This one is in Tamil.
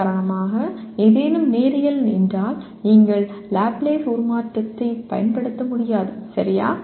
உதாரணமாக ஏதேனும் நேரியல் என்றால் நீங்கள் லாப்லேஸ் உருமாற்றத்தைப் பயன்படுத்த முடியாது சரியா